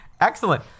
Excellent